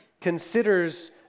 considers